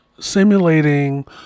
Simulating